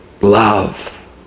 love